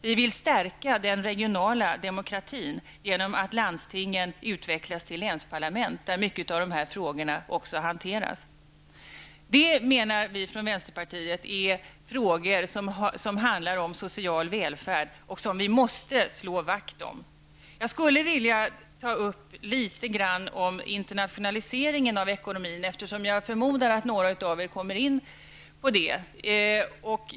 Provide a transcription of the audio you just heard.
Vi vill stärka den regionala demokratin genom att landstingen utvecklas till länsparlament, där många av de här frågorna också handläggs. Det är, menar vi från vänsterpartiet, frågor som handlar om social välfärd, som vi måste slå vakt om. Jag skulle vilja säga en del om internationaliseringen av ekonomin, eftersom jag förmodar att några av er kommer in på det.